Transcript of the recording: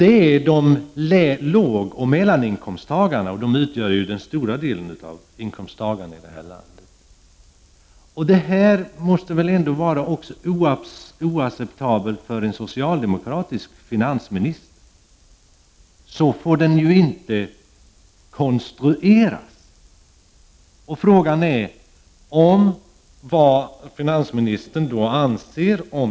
Det gäller lågoch medelinkomsttagare. De utgör den största delen av inkomsttagarna i vårt land. Detta måste väl vara oacceptabelt även för en socialdemokratisk finansminister?